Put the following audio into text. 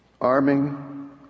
arming